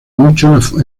mucho